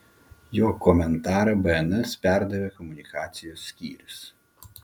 jo komentarą bns perdavė komunikacijos skyrius